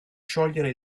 sciogliere